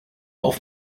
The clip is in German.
all